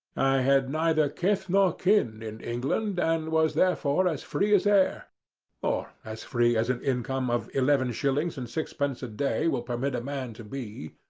had neither kith nor kin in england, and was therefore as free as air or as free as an income of eleven shillings and sixpence a day will permit a man to be.